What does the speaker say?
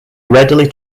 readily